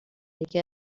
یکی